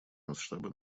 масштабы